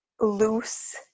loose